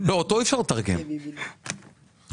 את זה אבל